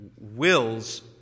wills